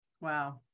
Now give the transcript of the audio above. Wow